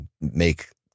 make